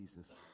Jesus